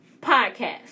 podcast